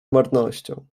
marnością